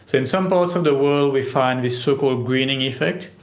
in some parts of the world we find this so-called greening effect,